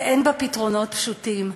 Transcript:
ואין בה פתרונות פשוטים.